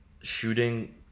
shooting